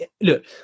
Look